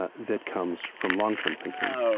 ah that comes from long-term thinking.